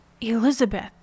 Elizabeth